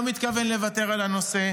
ולכן אני לא מתכוון לוותר על הנושא,